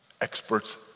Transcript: experts